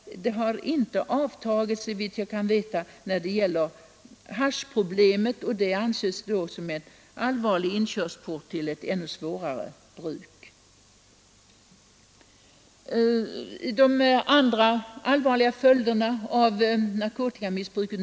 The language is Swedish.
Såvitt jag vet har inte haschbruket avtagit, och det anses som en inkörsport till ett ännu svårare bruk. Narkotikamissbruket har ju också andra allvarliga följder.